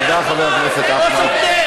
תודה, חבר הכנסת טיבי.